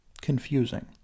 confusing